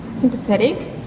sympathetic